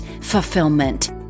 fulfillment